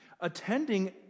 Attending